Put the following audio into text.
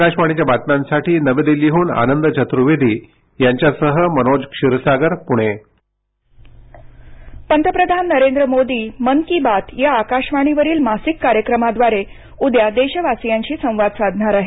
आकशवाणीच्या बातम्यांसाठी नवी दिल्लीहून आनंद घटुवेंट यांच्यासह मनोज क्षीरसागर पुणे मन की बात पंतप्रधान नरेंद्र मोदी मन की बात या आकाशवाणीवरील मासिक कार्यक्रमाद्वारे उद्या देशवासीयांशी संवाद साधणार आहेत